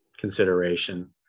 consideration